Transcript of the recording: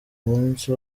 munsi